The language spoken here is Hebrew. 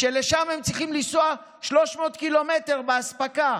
ולשם הם צריכים לנסוע 300 ק"מ לאספקה.